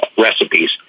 recipes